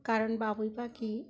কারণ বাবুই পাখির